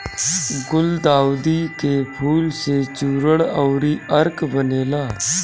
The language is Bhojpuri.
गुलदाउदी के फूल से चूर्ण अउरी अर्क बनेला